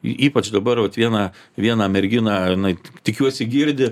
ypač dabar aut vieną vieną merginą jinai tikiuosi girdi